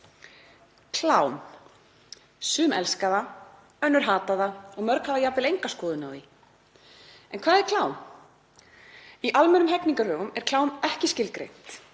Klám, sum elska það, önnur hata það og mörg hafa jafnvel enga skoðun á því. En hvað er klám? Í almennum hegningarlögum er klám ekki skilgreint